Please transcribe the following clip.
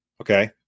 Okay